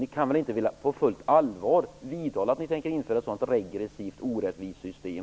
Ni kan väl inte på fullt allvar vidhålla att ni tänker införa ett sådant regressivt, orättvist system?